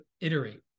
iterate